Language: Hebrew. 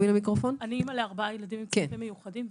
ואימא לארבעה ילדים עם צרכים מיוחדים.